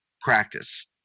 practice